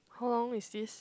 how long is this